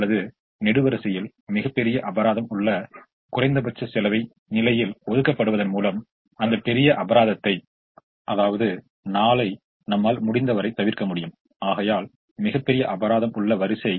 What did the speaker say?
இப்போது நாம் மீண்டும் அதை கவனித்து பார்த்தல் நமக்கு ஏற்கனவே விளக்கியது இப்போது மீண்டும் ஒரு முறை விளக்கப்பட்டுள்ளது எனவே இப்போது மற்றொரு தீர்வைப் பற்றி பாருங்கள்